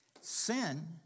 Sin